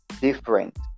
different